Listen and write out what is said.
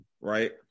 right